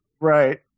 Right